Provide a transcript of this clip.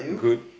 in good